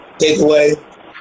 Takeaway